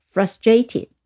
Frustrated